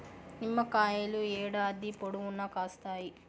నిమ్మకాయలు ఏడాది పొడవునా కాస్తాయి